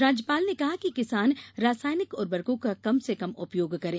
राज्यपाल ने कहा कि किसान रासायनिक उर्वरकों का कम से कम उपयोग करें